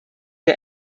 der